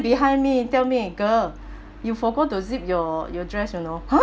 behind me tell me girl you forgot to zip your your dress you know !huh!